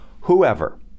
whoever